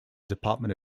department